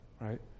right